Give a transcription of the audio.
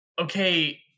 okay